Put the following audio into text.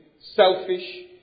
selfish